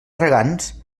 regants